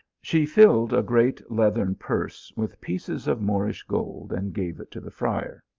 she filled a great leathern purse with pieces of moorish gold, and gave it to the friar.